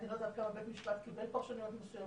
אני לא יודעת כמה בית משפט קיבל פרשנויות מסוימות,